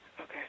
Okay